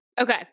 Okay